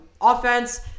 offense